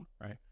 right